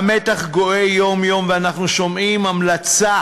כשהמתח גואה יום-יום, ואנחנו שומעים המלצה